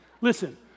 Listen